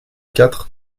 quatre